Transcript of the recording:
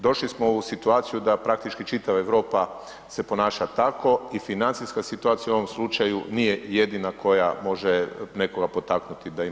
Došli smo u situaciju da praktički čitava Europa se ponaša tako i financijska situacija u ovom slučaju nije jedina koja može nekoga potaknuti da ima djecu.